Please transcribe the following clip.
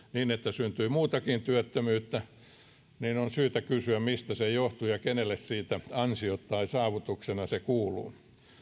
syntyi muutakin työttömyyttä ja on syytä kysyä mistä se johtui ja kenelle siitä kuuluvat ansiot tai kenelle se saavutuksena kuuluu